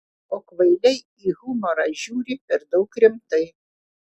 o kvailiai į humorą žiūri per daug rimtai